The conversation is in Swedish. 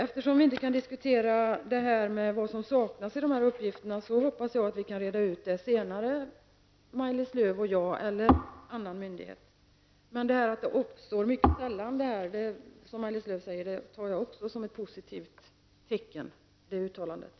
Eftersom vi inte kan diskutera vad som saknas i uppgifterna, hoppas jag att Maj Lis Lööw eller någon myndighet senare kan reda ut detta med mig. Jag tar Maj-Lis Lööws uttalande som ett positivt tecken när Maj-Lis Lööw säger att det är en situation som sällan uppstår.